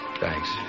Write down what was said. Thanks